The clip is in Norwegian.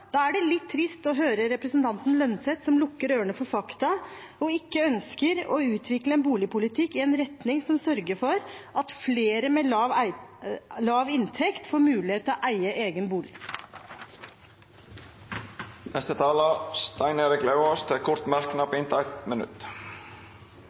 Da er det litt trist å høre representanten Holm Lønseth, som lukker ørene for fakta og ikke ønsker å utvikle en boligpolitikk i en retning som sørger for at flere med lav inntekt får mulighet til å eie egen bolig. Representanten Stein Erik Lauvås har hatt ordet to gonger tidlegare og får ordet til ein kort merknad,